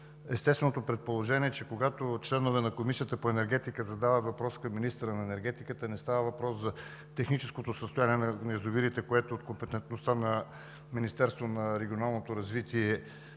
естественото предположение, че когато членове на Комисията по енергетика задават въпрос към министъра на енергетиката, не става въпрос за техническото състояние на язовирите, което е от компетентността на Министерството на регионалното развитие,